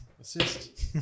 assist